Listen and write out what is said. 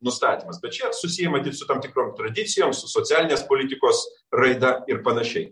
nustatymas bet čia susiję matyt su tam tikrom tradicijom su socialinės politikos raida ir panašiai